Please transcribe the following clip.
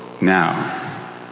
Now